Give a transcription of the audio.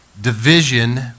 division